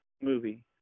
movie